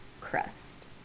crust